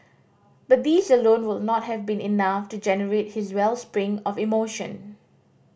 but these alone would not have been enough to generate his wellspring of emotion